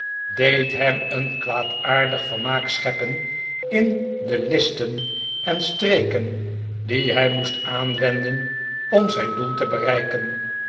deed hem een kwaadaardig vermaak scheppen in de listen en streken die hij moest aanwenden om zijn doel te bereiken